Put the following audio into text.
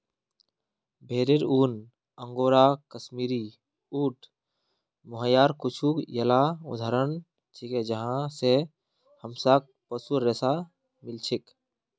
भेरेर ऊन, अंगोरा, कश्मीरी, ऊँट, मोहायर कुछू येला उदाहरण छिके जहाँ स हमसाक पशुर रेशा मिल छेक